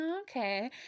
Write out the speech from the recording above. okay